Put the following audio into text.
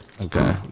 Okay